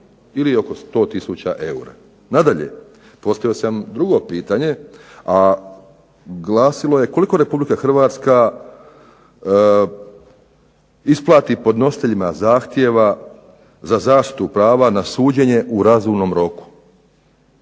ili oko 100 tisuća eura. Nadalje, postavio sam drugo pitanje, a glasilo je: "Koliko RH isplati podnositeljima zahtjeva za zaštitu prava na suđenje u razumnom roku?"